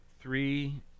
three